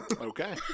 Okay